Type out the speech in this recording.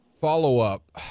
Follow-up